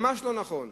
ממש לא נכון.